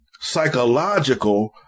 psychological